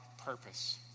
purpose